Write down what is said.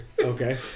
Okay